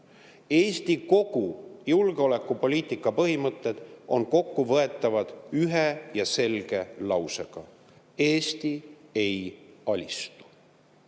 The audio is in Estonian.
Eesti kogu julgeolekupoliitika põhimõtted on kokku võetavad ühe selge lausega: Eesti ei alistu.